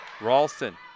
Ralston